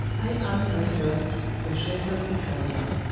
i am by birth a shepheards daughter,